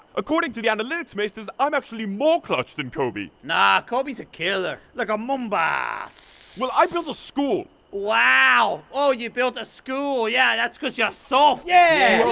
according to the analytics maesters i'm actually more clutch than kobe. nah, kobe's a killer. like a mambaaa! hiss! well, i built a school! wow! oh, you built a school! yeah, that's cause you're soft! yeah!